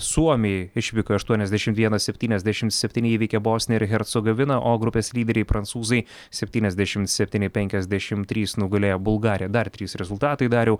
suomiai išvykoje aštuoniasdešimt vienas septyniasdešimt septyni įveikė bosniją ir hercogoviną o grupės lyderiai prancūzai septyniasdešimt septyni penkiasdešimt trys nugalėjo bulgarę dar trys rezultatai dariau